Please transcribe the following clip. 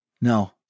No